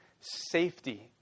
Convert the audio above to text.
safety